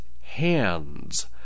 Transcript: hands